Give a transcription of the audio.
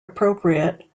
appropriate